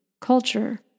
culture